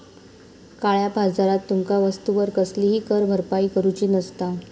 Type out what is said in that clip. काळया बाजारात तुमका वस्तूवर कसलीही कर भरपाई करूची नसता